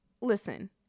listen